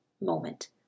moment